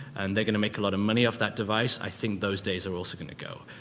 and they're going to make a lot of money off that device. i think those days are also going to go.